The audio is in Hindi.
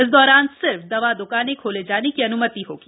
इस दौरान सिर्फ दवा दुकानें खोले जाने की अनुमति होगी